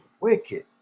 wicked